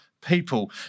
people